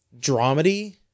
dramedy